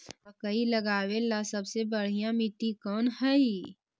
मकई लगावेला सबसे बढ़िया मिट्टी कौन हैइ?